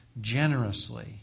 Generously